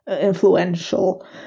influential